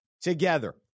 Together